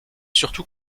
surtout